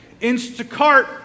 Instacart